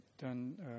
done